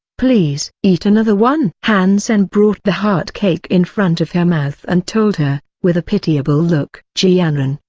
please. eat another one. han sen brought the heart cake in front of her mouth and told her, with a pitiable look. ji yanran,